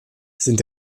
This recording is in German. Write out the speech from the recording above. sind